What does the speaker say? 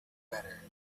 better